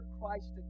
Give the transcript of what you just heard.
Christ